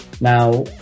Now